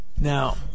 Now